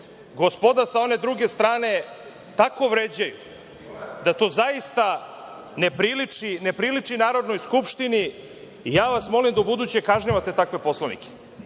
gospoda sa one druge strane tako vređaju, da to zaista ne priliči Narodnoj skupštini. Molim vas da ubuduće kažnjavate takve poslanike.